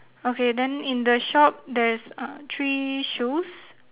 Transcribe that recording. okay then in the shop there is uh three shoes